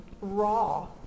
raw